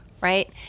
right